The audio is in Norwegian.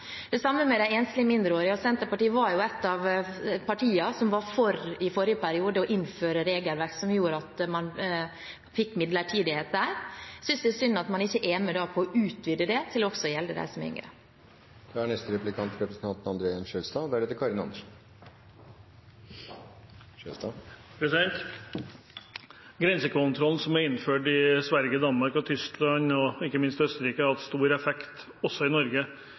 Det samme gjelder de enslige mindreårige. Senterpartiet var jo et av partiene som i forrige periode var for å innføre regelverk som gjorde at man fikk midlertidighet der. Jeg synes det er synd at man ikke er med på å utvide det til også å gjelde dem som er yngre. Grensekontrollen som er innført i Sverige, Danmark, Tyskland og, ikke minst, Østerrike, har hatt stor effekt, også i Norge.